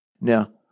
Now